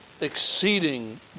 exceeding